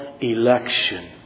election